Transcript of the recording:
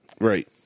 Right